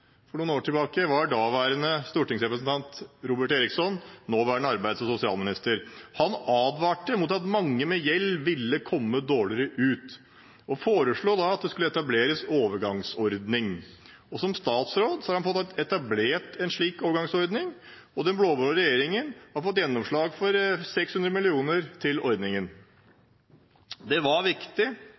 for noen år siden, tilhørte daværende stortingsrepresentant Robert Eriksson, nåværende arbeids- og sosialminister. Han advarte mot at mange med gjeld ville komme dårligere ut, og foreslo da at det skulle etableres en overgangsordning. Som statsråd har han fått etablert en slik overgangsordning, og den blå-blå regjeringen har fått gjennomslag for 600 mill. kr til ordningen. Det var viktig